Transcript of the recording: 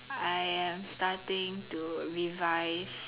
I am starting to revise